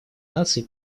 наций